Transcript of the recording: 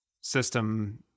system